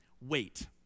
Wait